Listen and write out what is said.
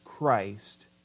Christ